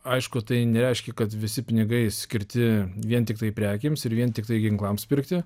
aišku tai nereiškia kad visi pinigai skirti vien tiktai prekėms ir vien tiktai ginklams pirkti